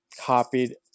copied